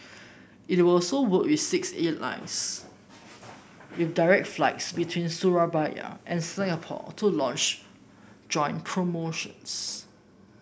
it were so work with six airlines with direct flights between Surabaya and Singapore to launch joint promotions